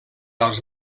als